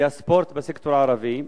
והספורט בסקטור הערבי,